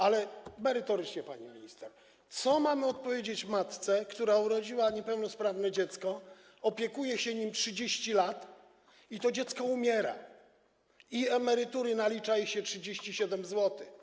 Ale merytorycznie, pani minister, co mamy odpowiedzieć matce, która urodziła niepełnosprawne dziecko, opiekuje się nim 30 lat, to dziecko umiera i nalicza jej się 37 zł emerytury?